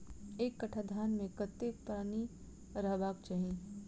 एक कट्ठा धान मे कत्ते पानि रहबाक चाहि?